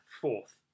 fourth